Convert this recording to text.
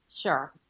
Sure